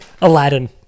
Aladdin